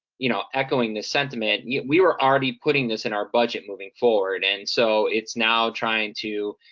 you know, echoing this sentiment, yeah we were already putting this in our budget, moving forward. and so, it's now trying to,